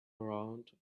around